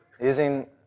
using